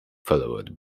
followed